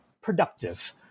productive